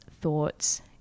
thoughts